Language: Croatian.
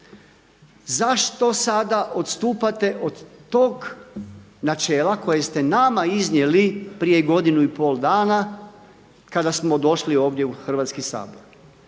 Zašto sada odstupate od tog načela koje ste nama iznijeli prije godinu i pol dana kada smo došli ovdje u Hrvatski sabor.